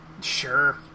Sure